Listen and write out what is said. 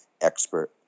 expert